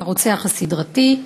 הרוצח הסדרתי,